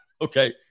Okay